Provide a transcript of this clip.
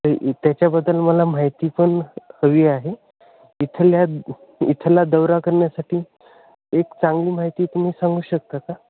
तर इ त्याच्याबद्दल मला माहिती पण हवी आहे इथल्या इथला दौरा करण्यासाठी एक चांगली माहिती तुम्ही सांगू शकता का